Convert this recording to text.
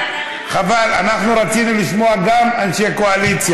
חבל, אנחנו רצינו לשמוע גם אנשי קואליציה.